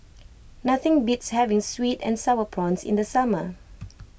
nothing beats having Sweet and Sour Prawns in the summer